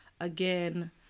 again